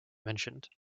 mentioned